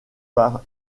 par